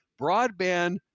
broadband